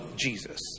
Jesus